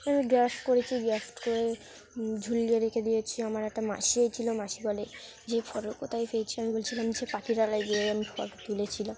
আমি গ্র্যাফ্ট করেছি গ্র্যাফ্ট করে ঝুলিয়ে রেখে দিয়েছি আমার একটা মাসিই ছিল মাসি বলে যে ফটো কোথায় পেয়েছি আমি বলছিলাম যে পাখিরালয় গিয়ে আমি ফটো তুলেছিলাম